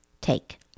take